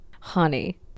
honey